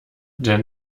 der